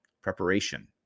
Preparation